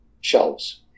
shelves